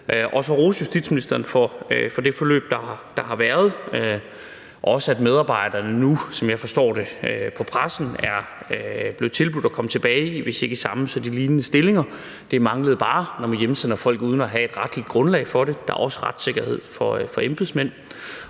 at rose justitsministeren for det forløb, der har været, og også, at medarbejderne nu, som jeg forstår det på pressen, er blevet tilbudt at komme tilbage, hvis ikke i de samme stillinger, så i lignende – det manglede bare, når man hjemsender folk uden at have et retligt grundlag for det; der er også retssikkerhed for embedsmænd